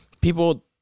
People